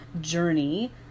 journey